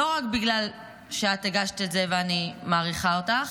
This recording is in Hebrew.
לא רק בגלל שאת הגשת את זה, ואני מעריכה אותך,